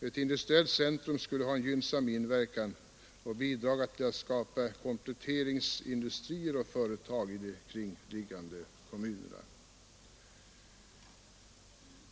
Ett industriellt centrum skulle ha en gynnsam inverkan och bidra till att skapa kompletteringsindustrier och företag i de kringliggande kommunerna.